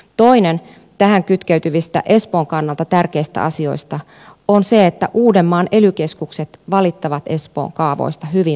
toinen tähän kytkeytyvistä espoon kannalta tärkeistä asioista on se että uudenmaan ely keskukset valittavat espoon kaavoista hyvin usein